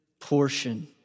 portion